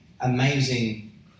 amazing